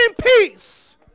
peace